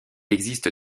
existe